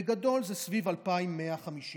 בגדול, זה סביב 2,150 שקל.